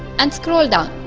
and scroll down.